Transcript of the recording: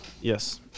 Yes